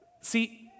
see